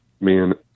man